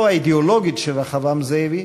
יום הירצחו לפני 15 שנים של רחבעם זאבי,